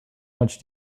much